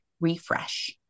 refresh